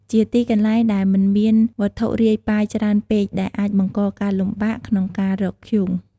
ជាទីកន្លែងដែលមិនមានវត្ថុរាយប៉ាយច្រើនពេក ដែលអាចបង្កការលំបាកក្នុងការរកធ្យូង។